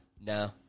No